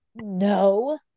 No